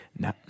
No